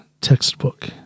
textbook